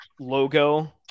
logo